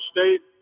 State